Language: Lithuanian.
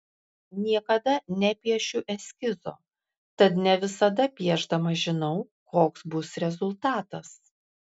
niekada nepiešiu eskizo tad ne visada piešdama žinau koks bus rezultatas